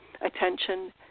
attention